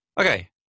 Okay